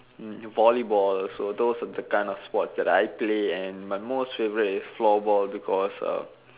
volleyballs were those of the sports that I play and my most favourite is floorball because uh